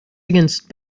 against